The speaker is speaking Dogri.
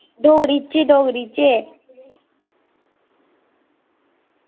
डोगरी च डोगरी च